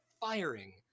firing